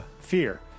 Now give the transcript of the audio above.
fear